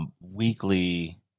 weekly